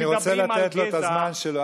אני רוצה לתת לו את הזמן שלו,